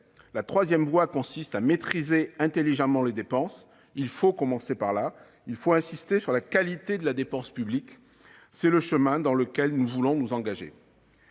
La troisième voie consiste à maîtriser intelligemment les dépenses. Il faut commencer par là. Il faut insister sur la qualité de la dépense publique. C'est le chemin dans lequel nous voulons nous engager.